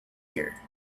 here